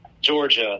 Georgia